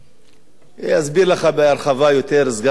יסביר לך בהרחבה סגן שר החוץ,